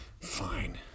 Fine